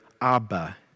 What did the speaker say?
Abba